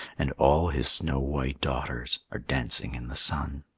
and all his snow-white daughters are dancing in the sun.